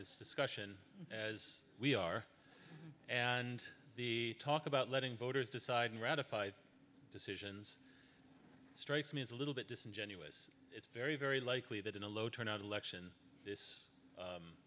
this discussion as we are and the talk about letting voters decide and ratified decisions strikes me as a little bit disingenuous it's very very likely that in a low turnout election this